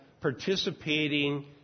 participating